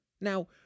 Now